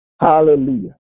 Hallelujah